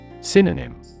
Synonym